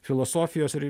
filosofijos ir